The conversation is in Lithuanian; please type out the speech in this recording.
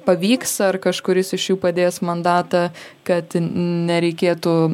pavyks ar kažkuris iš jų padės mandatą kad nereikėtų